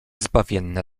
zbawienne